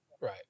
right